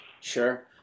Sure